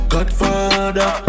Godfather